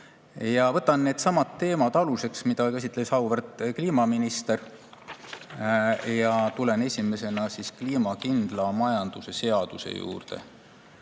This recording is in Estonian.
needsamad teemad, mida käsitles auväärt kliimaminister, ja tulen esimesena kliimakindla majanduse seaduse juurde.